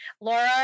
laura